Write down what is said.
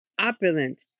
opulent